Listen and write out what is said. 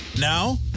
Now